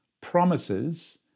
promises